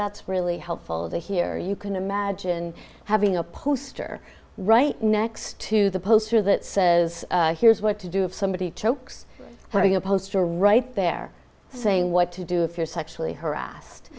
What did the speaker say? that's really helpful to hear you can imagine having a poster right next to the poster that says here's what to do if somebody chokes having a poster right there saying what to do if you're sexually harassed